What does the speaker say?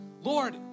Lord